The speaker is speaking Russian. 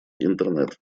интернет